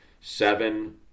seven